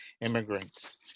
immigrants